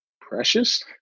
Precious